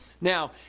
Now